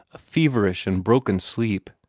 a feverish and broken sleep,